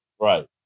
Right